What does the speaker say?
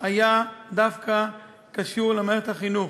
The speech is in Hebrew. היה דווקא קשור למערכת החינוך,